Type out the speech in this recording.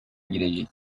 girecek